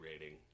rating